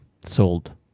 Sold